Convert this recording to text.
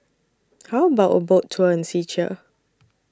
How about A Boat Tour in Czechia